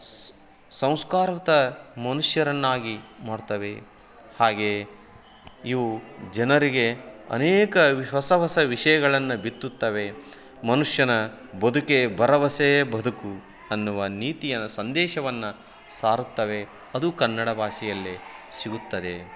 ಸ್ ಸಂಸ್ಕಾರ್ವಂತ ಮನುಷ್ಯರನ್ನಾಗಿ ಮಾಡ್ತವೆ ಹಾಗೇ ಇವು ಜನರಿಗೆ ಅನೇಕ ವ್ ಹೊಸ ಹೊಸ ವಿಷಯಗಳನ್ನು ಬಿತ್ತುತ್ತವೆ ಮನುಷ್ಯನ ಬದುಕೇ ಭರವಸೆಯ ಬದುಕು ಅನ್ನುವ ನೀತಿಯ ಸಂದೇಶವನ್ನು ಸಾರುತ್ತವೆ ಅದು ಕನ್ನಡ ಭಾಷೆಯಲ್ಲೇ ಸಿಗುತ್ತದೆ